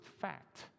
fact